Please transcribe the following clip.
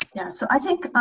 yeah so i think.